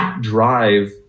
drive